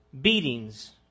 beatings